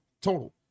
total